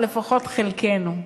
או לפחות חלקנו.